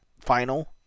final